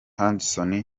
hudson